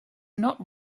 not